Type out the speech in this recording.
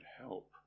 help